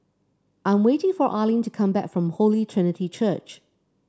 I'm waiting for Arlen to come back from Holy Trinity Church